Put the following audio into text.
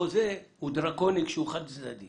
חוזה הוא דרקוני כשהוא חד צדדי